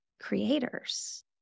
creators